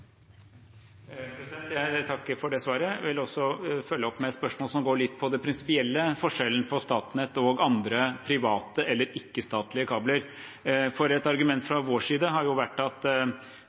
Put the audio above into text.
Jeg takker for det svaret. Jeg vil også følge opp med et spørsmål som går litt på den prinsipielle forskjellen på Statnett og andre private eller ikke-statlige kabler. Et argument fra vår side har jo vært at